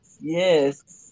yes